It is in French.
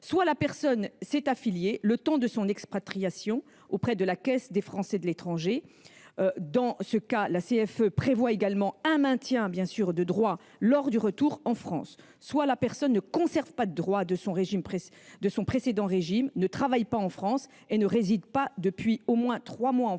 Soit la personne s’est affiliée, le temps de son expatriation, auprès de la Caisse des Français de l’étranger (CFE). Dans ce cas, la CFE prévoit également un maintien de droit lors du retour en France. Soit la personne ne conserve aucun droit de son précédent régime, ne travaille pas en France et n’y réside pas depuis au moins trois mois. Elle